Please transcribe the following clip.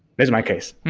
that's my case.